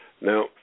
Now